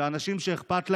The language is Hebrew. לאנשים שאכפת להם,